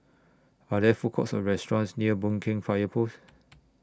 Are There Food Courts Or restaurants near Boon Keng Fire Post